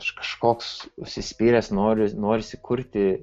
aš kažkoks užsispyręs noriu norisi kurti